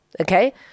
Okay